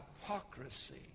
Hypocrisy